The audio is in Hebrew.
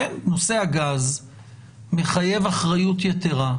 כן נושא הגז מחייב אחריות יתרה.